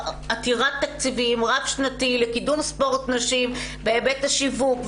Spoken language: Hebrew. עתירת תקציבים רב שנתי לקידום ספורט נשים בהיבט השיווק,